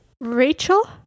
Rachel